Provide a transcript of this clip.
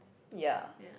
ya